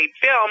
film